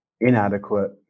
inadequate